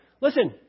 Listen